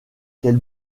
quel